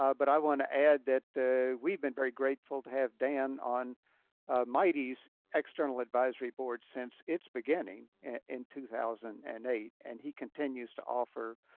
ah but i want to add that we've been very grateful to have dan on mitei's external advisory board since its beginning in two thousand and eight. and he continues to offer